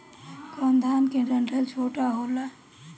कौन धान के डंठल छोटा होला?